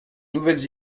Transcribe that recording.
nouvelles